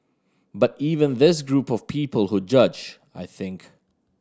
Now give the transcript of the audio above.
but even this group of people who judge I think